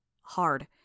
hard